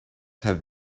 have